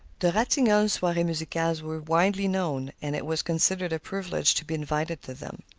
the ratignolles' soirees musicales were widely known, and it was considered a privilege to be invited to them.